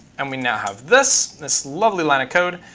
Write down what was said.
and we now have this this lovely line of code.